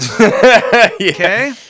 Okay